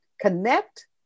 connect